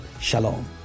Shalom